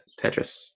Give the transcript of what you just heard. Tetris